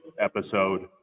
episode